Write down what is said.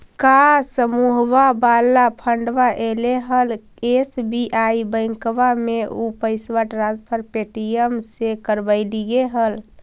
का समुहवा वाला फंडवा ऐले हल एस.बी.आई बैंकवा मे ऊ पैसवा ट्रांसफर पे.टी.एम से करवैलीऐ हल?